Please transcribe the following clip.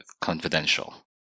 confidential